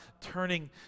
turning